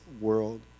world